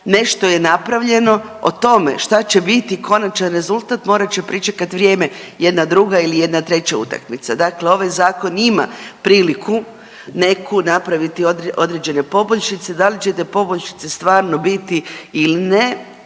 nešto je napravljeno, o tome šta će biti konačan rezultat morat će pričekat vrijeme jedna druga ili jedna treća utakmica. Dakle, ovaj zakon ima priliku neku napraviti određene poboljšice. Da li će te poboljšice stvarno biti ili ne